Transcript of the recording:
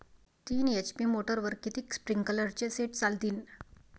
तीन एच.पी मोटरवर किती स्प्रिंकलरचे सेट चालतीन?